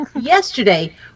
yesterday